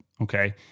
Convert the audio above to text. okay